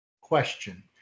question